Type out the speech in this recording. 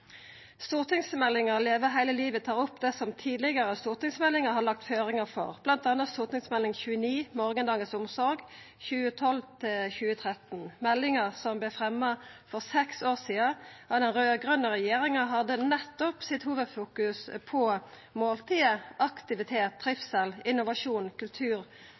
Stortingsmeldinga Leve hele livet tar opp det som tidlegare stortingsmeldingar har lagt føringar for, bl.a. Meld. St. 29 for 2012–2013, Morgendagens omsorg. Meldinga, som vart fremja for seks år sidan av den raud-grøne regjeringa, hadde nettopp sitt hovudfokus på måltidet, aktivitet, trivsel, innovasjon, kultur,